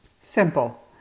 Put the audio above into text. Simple